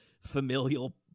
familial